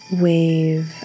wave